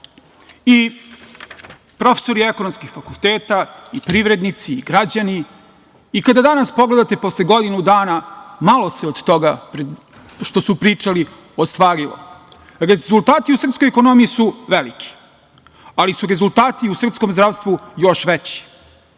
i profesori ekonomskih fakulteta, privrednici, građani. Kada danas pogledate posle godinu dana, malo se od toga što su pričali ostvarilo. Rezultati u srpskoj ekonomiji su veliki, ali su rezultati u srpskom zdravstvu još veći.